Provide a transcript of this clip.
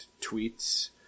tweets